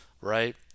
right